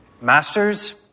Masters